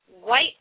white